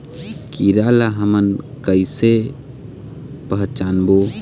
कीरा ला हमन कइसे पहचानबो?